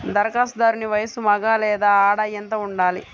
ధరఖాస్తుదారుని వయస్సు మగ లేదా ఆడ ఎంత ఉండాలి?